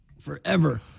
forever